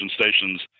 stations